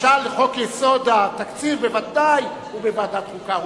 חוק-יסוד: התקציב בוודאי הוא בוועדת חוקה ומשפט.